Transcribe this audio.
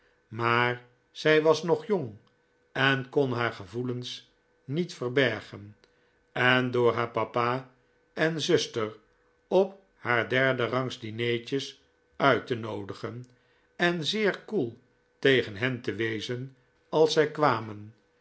maar zij was nog jong en kon haar gevoelens niet verbergen en door haar papa en zuster op haar derderangs dineetjes uit te noodigen en zeer koel tegen hen te wezen als zij kwamen